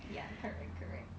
ya correct correct